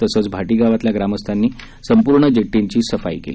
तसंच भाटी गावातल्या ग्रामस्थांनी संपूर्ण जेट्टी ची सफाई केली